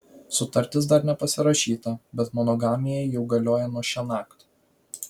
sutartis dar nepasirašyta bet monogamija jau galioja nuo šiąnakt